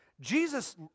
Jesus